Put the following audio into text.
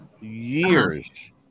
Years